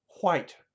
white